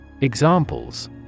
Examples